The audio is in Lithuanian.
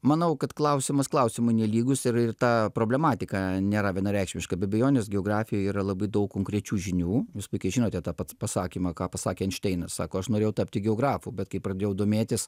manau kad klausimas klausimui nelygus ir ir ta problematika nėra vienareikšmiška be abejonės geografijoj yra labai daug konkrečių žinių jūs puikiai žinote tą pasakymą ką pasakė einšteinas sako aš norėjau tapti geografu bet kai pradėjau domėtis